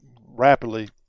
rapidly